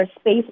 space